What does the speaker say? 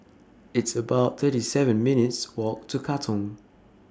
It's about thirty seven minutes' Walk to Katong